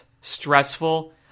stressful